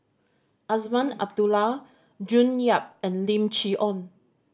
Azman Abdullah June Yap and Lim Chee Onn